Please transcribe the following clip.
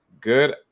Good